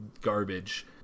garbage